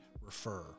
refer